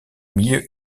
milieu